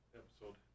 episode